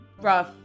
rough